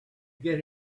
get